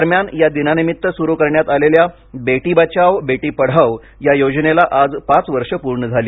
दरम्यान या दिनानिमित्त सुरु करण्यात आलेल्या बेटी बचाओ बेटी पढाओ योजनेला आज पाच वर्षे पूर्ण झाली